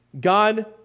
god